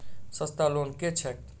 सस्ता लोन केँ छैक